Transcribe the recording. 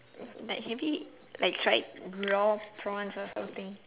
like have you like tried raw prawns or something